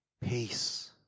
peace